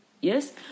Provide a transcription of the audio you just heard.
Yes